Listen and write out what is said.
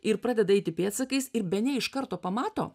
ir pradeda eiti pėdsakais ir bene iš karto pamato